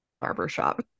barbershop